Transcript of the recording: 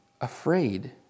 afraid